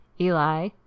Eli